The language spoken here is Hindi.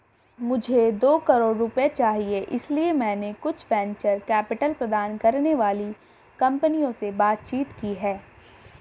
मुझे दो करोड़ रुपए चाहिए इसलिए मैंने कुछ वेंचर कैपिटल प्रदान करने वाली कंपनियों से बातचीत की है